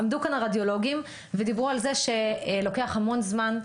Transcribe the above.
עמדו כאן הרדיולוגים ודיברו על זה שלוקח המון זמן,